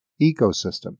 Ecosystem